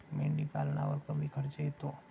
मेंढीपालनावर कमी खर्च येतो